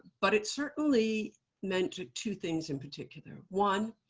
but it certainly meant two things in particular. one,